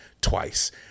twice